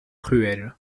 ruelle